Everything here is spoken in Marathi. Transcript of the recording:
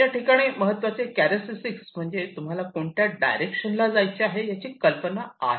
या ठिकाणी महत्त्वाचे कॅरॅस्टिक्स म्हणजे तुम्हाला कोणत्या डायरेक्शन ला जायचे आहे याची कल्पना आहे